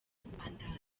kubandanya